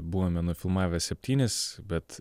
buvome nufilmavę septynis bet